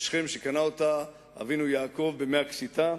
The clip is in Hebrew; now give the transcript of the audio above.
שכם, שקנה אותה אבינו יעקב ב-100 קשיטה,